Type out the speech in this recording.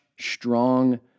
strong